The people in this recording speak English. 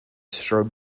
strode